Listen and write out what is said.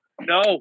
No